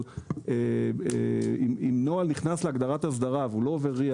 אבל אם נוהל נכנס להגדרת אסדרה והוא לא עובר RIA